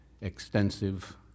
extensive